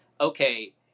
okay